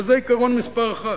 אבל זה עיקרון מספר אחת,